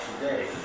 today